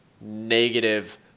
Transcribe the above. negative